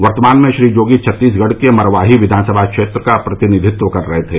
वर्तमान में श्री जोगी छत्तीसगढ़ के मरवाही विधानसभा क्षेत्र का प्रतिनिधित्व कर रहे थे